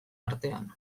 artean